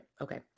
okay